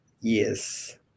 Yes